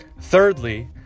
Thirdly